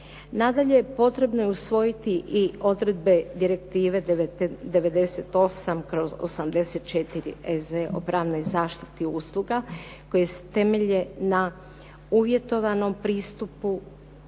Nadalje, potrebno je usvojiti i odredbe Direktive 98/84 EZ o pravnoj zaštiti usluga koje se temelje na uvjetovanom pristupu